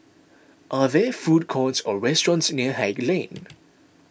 are there food courts or restaurants near Haig Lane